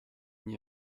n’y